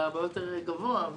אלא הרבה יותר גבוה.